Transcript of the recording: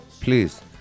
please